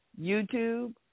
YouTube